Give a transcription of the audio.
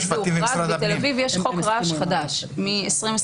בתל אביב יש חוק רעש חדש, מ-2021,